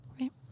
right